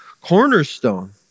cornerstone